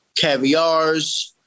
caviars